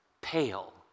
pale